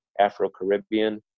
Afro-Caribbean